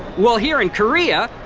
well here in korea,